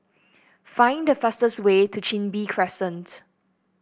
find the fastest way to Chin Bee Crescent